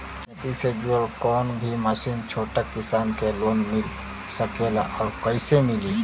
खेती से जुड़ल कौन भी मशीन छोटा किसान के लोन मिल सकेला और कइसे मिली?